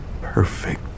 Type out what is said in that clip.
perfect